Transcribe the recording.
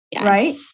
right